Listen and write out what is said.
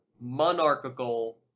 monarchical